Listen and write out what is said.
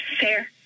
fair